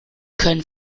können